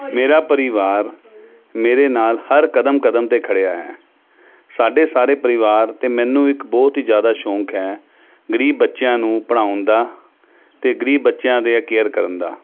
ਮੇਰਾ ਪਰਿਵਾਰ ਮੇਰੇ ਨਾਲ ਹਰ ਕਦਮ ਕਦਮ 'ਤੇ ਖੜਿਆ ਹੈ ਸਾਡੇ ਸਾਰੇ ਪਰਿਵਾਰ 'ਤੇ ਮੈਨੂੰ ਇੱਕ ਬਹੁਤ ਹੀ ਜ਼ਿਆਦਾ ਸ਼ੌਂਕ ਹੈ ਗਰੀਬ ਬੱਚਿਆਂ ਨੂੰ ਪੜ੍ਹਾਉਣ ਦਾ ਅਤੇ ਗਰੀਬ ਬੱਚਿਆਂ ਦੇ ਕੇਅਰ ਕਰਨ ਦਾ